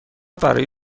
برای